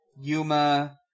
Yuma